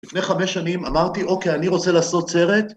לפני חמש שנים אמרתי, אוקיי, אני רוצה לעשות סרט.